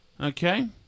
Okay